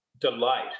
delight